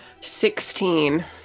Sixteen